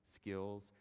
skills